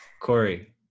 Corey